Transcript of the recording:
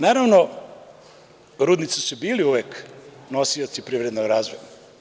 Naravno, rudnici su bili uvek nosioci privrednog razvoja.